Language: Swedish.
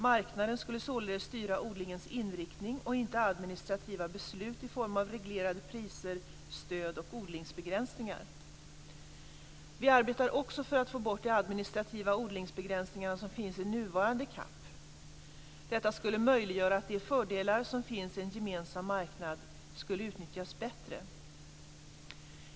Marknaden skulle således styra odlingens inriktning och inte administrativa beslut i form av reglerade priser, stöd och odlingsbegränsningar. Vi arbetar också för att få bort de administrativa odlingsbegränsningar som finns i nuvarande CAP. Detta skulle möjliggöra att de fördelar som finns i en gemensam marknad skulle utnyttjas bättre.